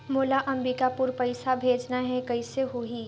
मोला अम्बिकापुर पइसा भेजना है, कइसे होही?